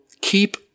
keep